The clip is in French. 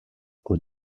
aux